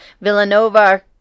Villanova